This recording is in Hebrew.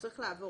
הוא צריך לעבור